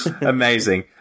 Amazing